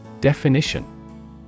Definition